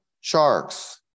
sharks